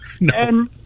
no